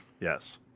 yes